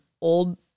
old